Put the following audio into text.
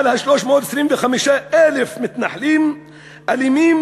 אבל 325,000 מתנחלים אלימים,